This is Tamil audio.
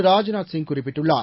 ராஜ்நாத்சிங் குறிப்பிட்டுள்ளார்